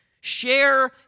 Share